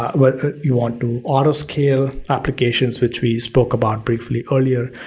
ah but you want to auto scale applications, which we spoke about briefly earlier.